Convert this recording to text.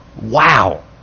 wow